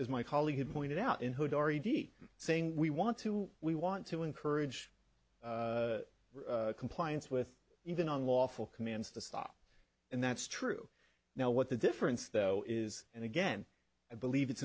as my colleague had pointed out in who'd already saying we want to we want to encourage compliance with even unlawful commands to stop and that's true now what the difference though is and again i believe it's